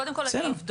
קודם כל אני אבדוק